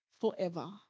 forever